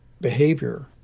behavior